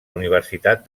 universitat